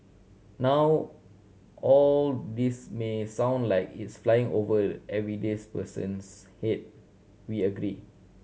now all this may sound like it's flying over everyday's person's head we agree